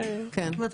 ש-ככל שאפשר.